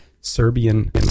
Serbian